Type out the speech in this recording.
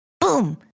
Boom